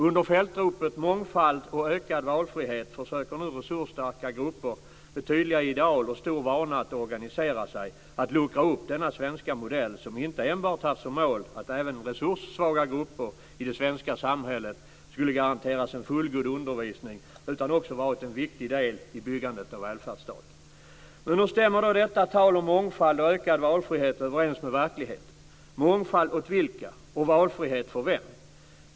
Under fältropet "mångfald och ökad valfrihet" försöker nu resursstarka grupper med tydliga ideal och stor vana att organisera sig att luckra upp denna svenska modell, som inte enbart haft som mål att även resurssvaga grupper i det svenska samhället skulle garanteras en fullgod undervisning utan också varit en viktig del i byggandet av välfärdsstaten. Men hur stämmer då detta tal om mångfald och ökad valfrihet överens med verkligheten? Mångfald åt vilka, och valfrihet för vem?